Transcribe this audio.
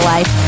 Life